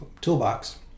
toolbox